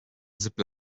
zip